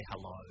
hello